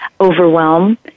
overwhelm